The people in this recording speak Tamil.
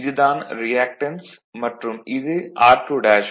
இது தான் ரியாக்டன்ஸ் மற்றும் இது r2s